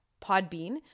Podbean